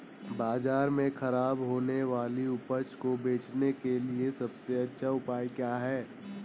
बाज़ार में खराब होने वाली उपज को बेचने के लिए सबसे अच्छा उपाय क्या हैं?